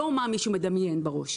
לא מה שמישהו מדמיין בראש,